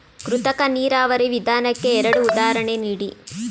ಕೃತಕ ನೀರಾವರಿ ವಿಧಾನಕ್ಕೆ ಎರಡು ಉದಾಹರಣೆ ನೀಡಿ?